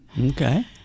Okay